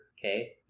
Okay